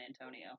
Antonio